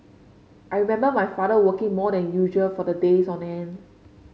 I remember my father working more than usual for the days on end